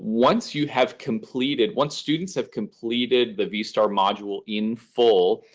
once you have completed once students have completed the vstar module in full,